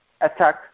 attack